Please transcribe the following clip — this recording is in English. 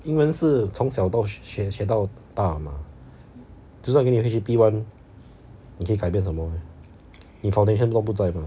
英文是从小到学学到大 mah 就算给你回去 P one 你可以改变什么你 foundation 都不在 mah